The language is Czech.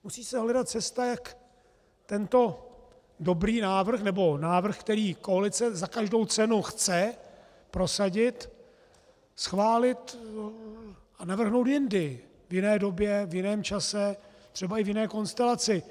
Musí se hledat cesta, jak tento dobrý návrh, nebo návrh, který koalice za každou cenu chce prosadit, schválit a navrhnout jindy, v jiné době, v jiném čase, třeba i v jiné konstelaci.